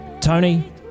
tony